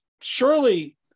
Surely